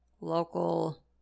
local